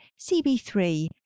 CB3